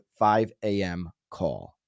5AMCALL